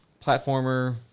Platformer